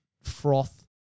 froth